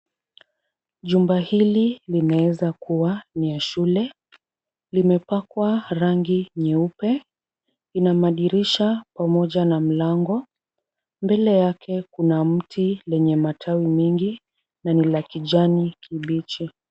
Jumba hili linaweza kuwa ni la shule limepakwa rangi nyeupe, ina madirisha pamoja na mlango. Mbele yake kuna mtu lenye matawi mingi na ni la kijani kibichi.